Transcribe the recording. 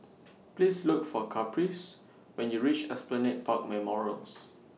Please Look For Caprice when YOU REACH Esplanade Park Memorials